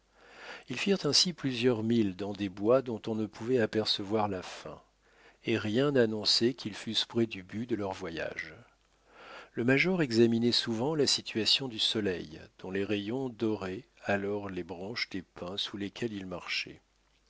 ils firent ainsi plusieurs milles dans des bois dont on ne pouvait apercevoir la fin et rien n'annonçait qu'ils fussent près du but de leur voyage le major examinait souvent la situation du soleil dont les rayons doraient alors les branches des pins sous lesquels ils marchaient